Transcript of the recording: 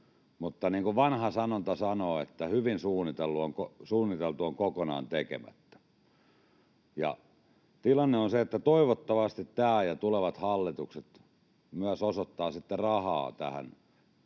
mutta niin kuin vanha sanonta sanoo, ”hyvin suunniteltu on kokonaan tekemättä”. Tilanne on se, että toivottavasti tämä ja tulevat hallitukset myös osoittavat rahaa tähän